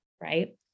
right